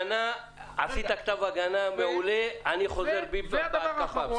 עשית כתב הגנה מעולה, אני חוזר בי מההתקפה.